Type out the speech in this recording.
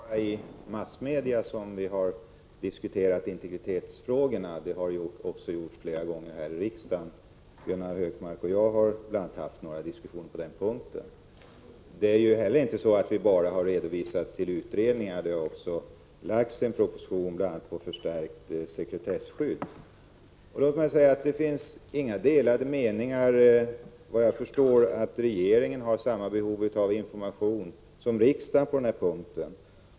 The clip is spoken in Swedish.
Fru talman! Låt mig säga att det inte bara är i massmedia som vi har diskuterat integritetsfrågorna. Det har också gjorts flera gånger här i riksdagen. Bl. a. har Gunnar Hökmark och jag haft några diskussioner på den punkten. Det är ju inte heller så att det bara har hänvisats till utredningar. Regeringen har bl.a. också lagt fram en proposition om förstärkt sekretesskydd. Det råder såvitt jag förstår inga delade meningar om att regeringen har samma behov av information som riksdagen på denna punkt.